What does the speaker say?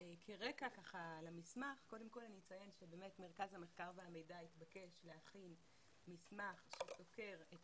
כרקע למסמך אני אציין שמרכז המחקר והמידע התבקש להכין מסמך שחוקר את